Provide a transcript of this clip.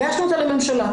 הגשנו אותה לממשלה.